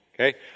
Okay